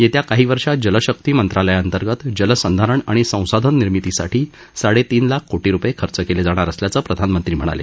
येत्या काही वर्षात जलशक्ती मंत्रालयाअंतर्गत जलसंधारण आणि संसाधन निर्मितीसाठी साडेतीन लाख कोटी रुपये खर्च केले जाणार असल्याचं प्रधानमंत्र्यांनी सांगितलं